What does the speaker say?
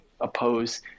oppose